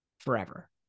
Forever